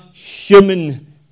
Human